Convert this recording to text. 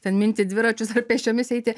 ten minti dviračius ar pėsčiomis eiti